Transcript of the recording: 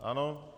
Ano.